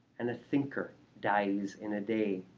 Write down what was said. and a thinker dies in a day.